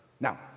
Now